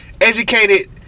educated